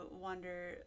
wonder